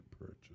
purchase